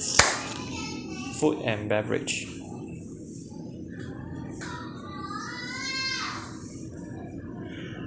food and beverage